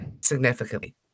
Significantly